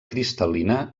cristal·lina